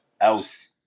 else